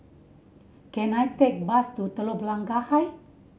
can I take a bus to Telok Blangah Height